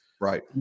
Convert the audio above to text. Right